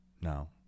No